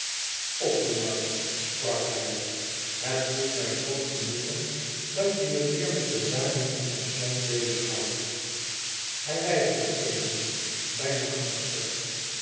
othomar sprak hij het doet mij groot genoegen dat je je weêr met de zaken van ons land bezig houdt hij weifelde even bijna angstig